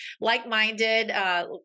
like-minded